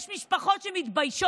יש משפחות שמתביישות,